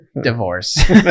Divorce